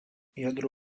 jadro